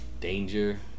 danger